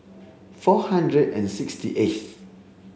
four hundred and sixty eighth